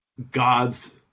god's